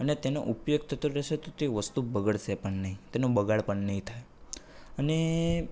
અને તેનો ઉપયોગ થતો રહેશે તો તે વસ્તુ બગડશે પણ નહીં તેનો તેનો બગાડ પણ નહીં થાય અને